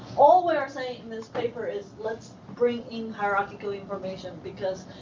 all we're saying in this paper is let's bring in hierarchical information because